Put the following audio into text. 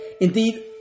Indeed